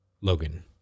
Logan